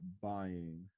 buying